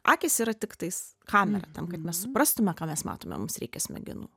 akys yra tiktais kamera tam kad mes suprastume ką mes matome mums reikia smegenų